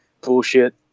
bullshit